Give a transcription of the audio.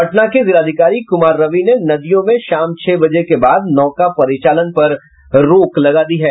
पटना के जिलाधिकारी कुमार रवि ने नदियों में शाम छह बजे के बाद नौका परिचालन पर रोक लगा दी है